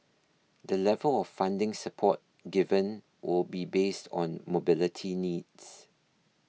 the level of funding support given will be based on mobility needs